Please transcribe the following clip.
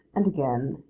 and again,